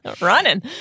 Running